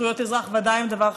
זכויות אזרח ודאי הן דבר חשוב.